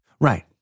Right